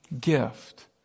gift